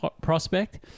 prospect